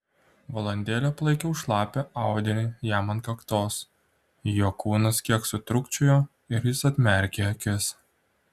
valandėlę palaikiau šlapią audinį jam ant kaktos jo kūnas kiek sutrūkčiojo ir jis atmerkė akis